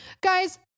guys